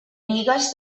bigues